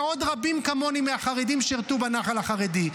ועוד רבים כמוני מהחרדים שירתו בנח"ל החרדי.